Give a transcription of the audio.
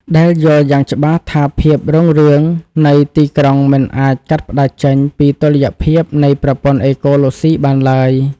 ដែលយល់យ៉ាងច្បាស់ថាភាពរុងរឿងនៃទីក្រុងមិនអាចកាត់ផ្ដាច់ចេញពីតុល្យភាពនៃប្រព័ន្ធអេកូឡូស៊ីបានឡើយ។